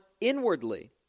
inwardly